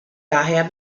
daher